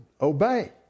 obey